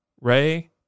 Ray